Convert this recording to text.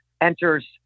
enters